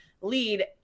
lead